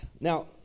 Now